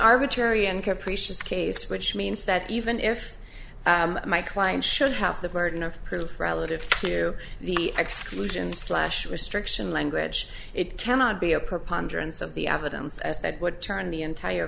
capricious case which means that even if my client should have the burden of proof relative to the exclusion slash restriction language it cannot be a preponderance of the evidence as that would turn the entire